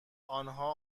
آنها